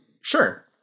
Sure